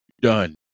done